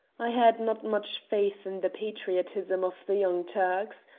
i had not much faith in the patriotism of the young turks.